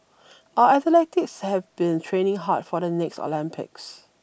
our athletes have been training hard for the next Olympics